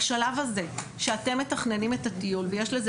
בשלב הזה שאתם מתכננים את הטיול ויש לזה